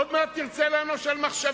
עוד מעט תרצה לענוש על מחשבה.